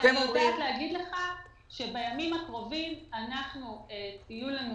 אני יודעת להגיד לך שבימים הקרובים יהיו לנו